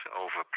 over